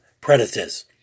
predators